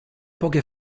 poche